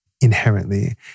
inherently